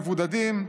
מבודדים,